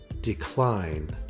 decline